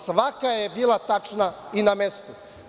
Svaka je bila tačna i na mestu.